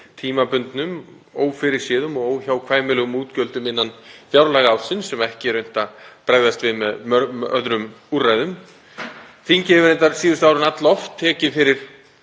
tímabundnum, ófyrirséðum og óhjákvæmilegum útgjöldum innan fjárlagaársins sem ekki er unnt að bregðast við með öðrum úrræðum. Þingið hefur reyndar síðustu árin alloft tekið fyrir